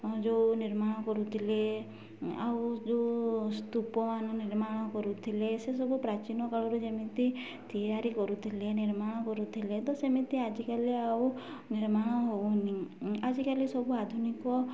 ଯେଉଁ ନିର୍ମାଣ କରୁଥିଲେ ଆଉ ଯେଉଁ ସ୍ତୂପମାନ ନିର୍ମାଣ କରୁଥିଲେ ସେସବୁ ପ୍ରାଚୀନ କାଳରୁ ଯେମିତି ତିଆରି କରୁଥିଲେ ନିର୍ମାଣ କରୁଥିଲେ ତ ସେମିତି ଆଜିକାଲି ଆଉ ନିର୍ମାଣ ହେଉନି ଆଜିକାଲି ସବୁ ଆଧୁନିକ